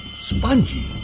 spongy